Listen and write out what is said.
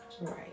Right